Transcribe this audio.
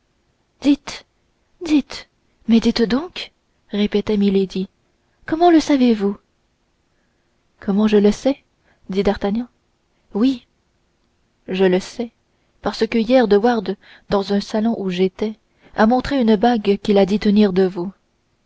dites mais dites donc répétait milady comment le savezvous comment je le sais dit d'artagnan oui je le sais parce que hier de wardes dans un salon où j'étais a montré une bague qu'il a dit tenir de vous